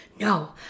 no